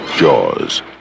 Jaws